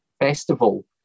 Festival